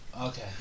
Okay